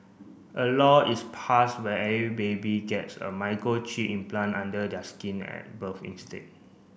a law is passed where every baby gets a microchip implant under their skin at birth instead